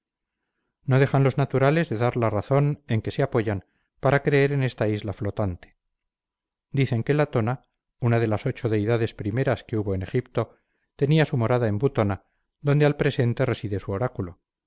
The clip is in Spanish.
no dejan los naturales de dar la razón en que se apoyan para creer en esta isla flotante dicen que latona una de las ocho deidades primeras que hubo en egipto tenía su morada en butona donde al presente reside su oráculo